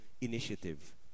initiative